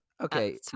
Okay